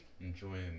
Enjoying